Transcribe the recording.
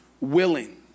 willing